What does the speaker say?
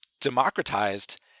democratized